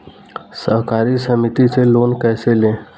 सहकारी समिति से लोन कैसे लें?